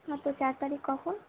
হ্যাঁ তো চার তারিখ কখন